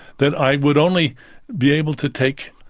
that i would only be able to take,